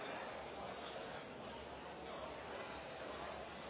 så jeg har